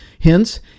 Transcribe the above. Hence